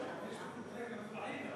בנגב המזרחי גם,